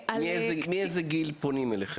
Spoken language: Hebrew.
מאיזה גיל פונים אליכם?